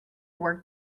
work